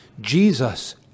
Jesus